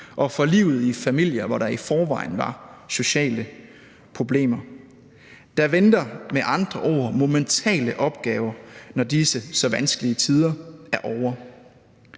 og for livet i familier, hvor der i forvejen var sociale problemer. Der venter med andre ord monumentale opgaver, når disse så vanskelige tider er ovre.